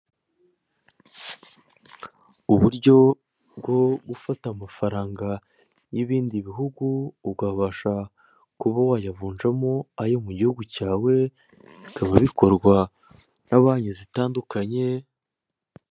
Uburyo bwo gufata amafaranga y'ibindi bihugu ukabasha kuba wayavunjamo ayo mu gihugu cyawe bikaba bikorwa na banki zitandukanye.